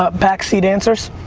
ah backseat answers,